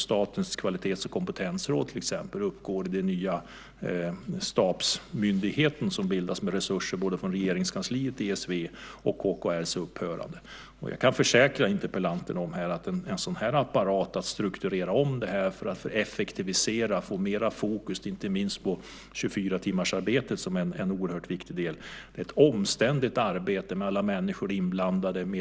Statens kvalitets och kompetensråd uppgår då i den nya stabsmyndighet som bildas med resurser från både Regeringskansliet, ESV och KKR. Jag kan försäkra interpellanten att en sådan apparat som att strukturera om detta, för att effektivisera och få mera fokus inte minst på 24-timmarsarbetet som är en oerhört viktig del, är ett omständligt arbete med många människor inblandade.